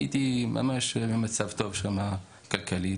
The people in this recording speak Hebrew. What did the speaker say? הייתי ממש במצב טוב שם כלכלית.